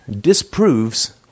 disproves